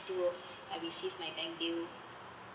I receive my bank bill